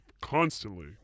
Constantly